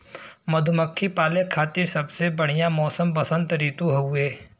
मधुमक्खी पाले खातिर सबसे बढ़िया मौसम वसंत ऋतु हउवे